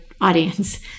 audience